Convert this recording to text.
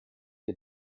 che